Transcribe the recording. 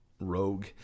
rogue